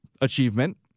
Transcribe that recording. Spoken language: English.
achievement